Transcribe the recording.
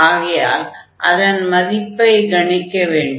ஆகையால் அதன் மதிப்பைக் கணிக்க வேண்டும்